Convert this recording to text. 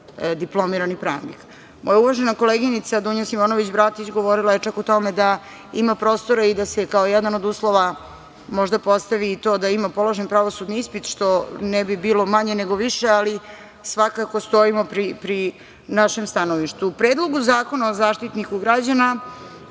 diplomirani pravnik. Moja uvažena koleginica Dunja Simonović Bratić govorila je čak o tome da ima prostore da se i kao jedan od uslova možda postavi i to da ima položen pravosudni ispit, što ne bi bilo manje, nego više, ali svakako stojimo pri našem stanovištu.U Predlogu zakona o Zaštitniku građana